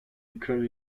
école